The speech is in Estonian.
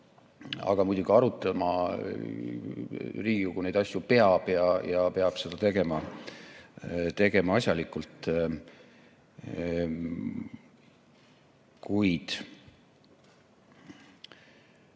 Aga muidugi, arutama Riigikogu neid asju peab ja peab seda tegema asjalikult.